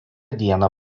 dieną